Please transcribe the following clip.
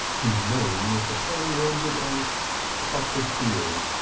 whose name mr. polly rendered as bocashieu,